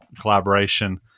collaboration